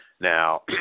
Now